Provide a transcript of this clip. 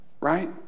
right